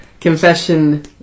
Confession